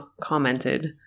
commented